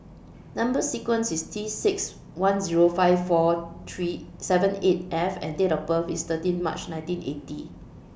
Number sequence IS T six one Zero five four three seven eight F and Date of birth IS thirteen March nineteen eighty